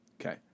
Okay